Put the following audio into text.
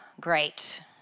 great